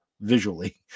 visually